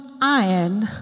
iron